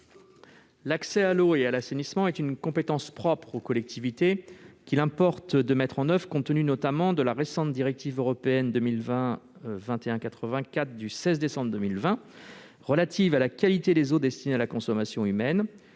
L'accès à l'eau et à l'assainissement est une compétence propre aux collectivités qu'il importe de mettre en oeuvre, compte tenu notamment de la directive européenne 2020/2184 du 16 décembre 2020 relative à la qualité des eaux destinées à la consommation humaine.